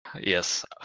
yes